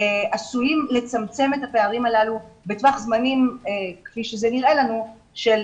עשויים לצמצם את הפערים הללו בטווח זמנים - כפי שזה נראה לנו של